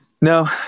no